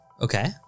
Okay